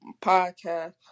podcast